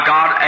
God